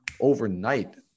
overnight